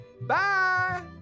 Bye